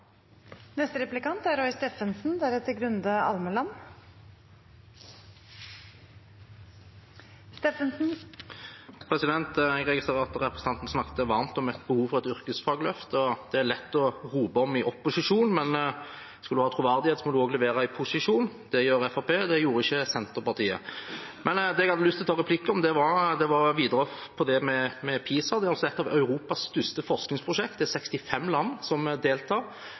Jeg registrerer at representanten Knutsdatter Strand snakket varmt om behov for et yrkesfagløft. Det er det lett å rope om i opposisjon, men skal man ha troverdighet, må man også levere i posisjon. Det gjør Fremskrittspartiet, det gjorde ikke Senterpartiet. Det jeg hadde lyst til å ta replikk om, var PISA. Det er et av Europas største forskningsprosjekt. Det er 65 land som deltar.